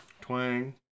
Twang